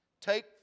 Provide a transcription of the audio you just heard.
take